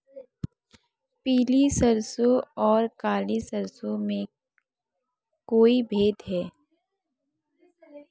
पीली सरसों और काली सरसों में कोई भेद है?